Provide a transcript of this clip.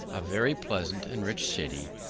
a very pleasant and rich city,